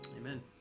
Amen